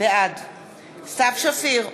בעד סתיו שפיר,